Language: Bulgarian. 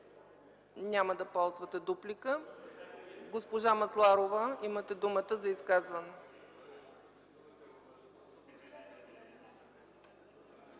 Няма да ползвате дуплика. Госпожо Масларова, имате думата за изказване.